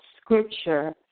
scripture